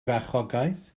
farchogaeth